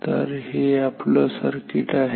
तर हे आपलं सर्किट आहे